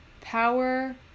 power